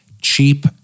cheap